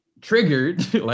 triggered